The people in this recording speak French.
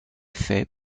fait